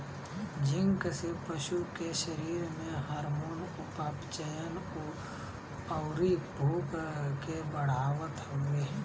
zinc से पशु के शरीर में हार्मोन, उपापचयन, अउरी भूख के बढ़ावत हवे